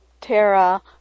Tara